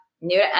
new